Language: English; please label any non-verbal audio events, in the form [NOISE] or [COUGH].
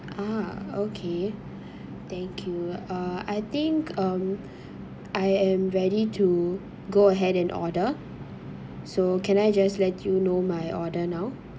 ah okay [BREATH] thank you uh I think um [BREATH] I am ready to go ahead and order so can I just let you know my order now